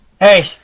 Hey